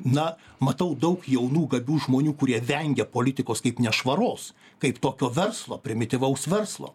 na matau daug jaunų gabių žmonių kurie vengia politikos kaip nešvaros kaip tokio verslo primityvaus verslo